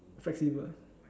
flexible